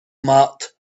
marked